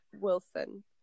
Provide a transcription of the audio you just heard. Wilson